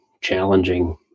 challenging